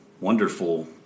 wonderful